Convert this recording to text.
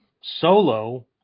solo